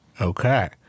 Okay